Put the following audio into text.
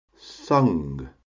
sung